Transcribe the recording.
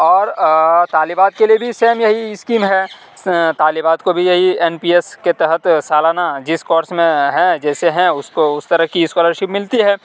اور طلبات کے لیے بھی سیم یہی اسکیم ہے طلبات کو بھی یہی ایم پی ایس کے تحت سالانہ جس کورس میں ہیں جیسے ہیں اُس کو اُس طرح کی اسکالر شپ ملتی ہے